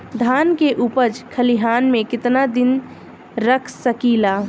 धान के उपज खलिहान मे कितना दिन रख सकि ला?